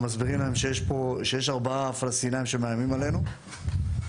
מסבירים שיש ארבעה פלסטינים שמאיימים עלינו,